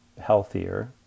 healthier